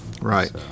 Right